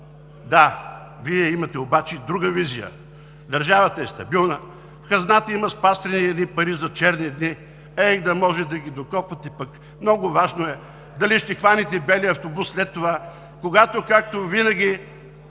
Да, Вие имате обаче друга визия – държавата е стабилна, в хазната има спастрени едни пари за черни дни. Ех, да може да ги докопате, пък много важно е дали ще хванете белия автобус след това, когато, както винаги,